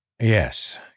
Yes